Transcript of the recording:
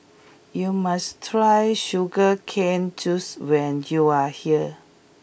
you must try Sugar Cane Juice when you are here